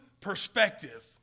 perspective